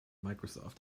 microsoft